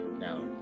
Now